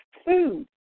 food